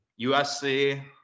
USC